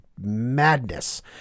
madness